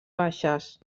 baixes